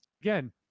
again